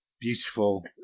beautiful